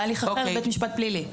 בהליך אחר בית משפט פלילי.